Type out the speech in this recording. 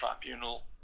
tribunal